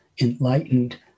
enlightened